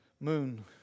moon